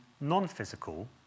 non-physical